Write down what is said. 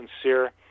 sincere